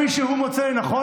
הוא מדבר כפי שהוא מוצא לנכון,